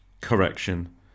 Correction